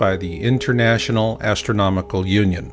by the international astronomical union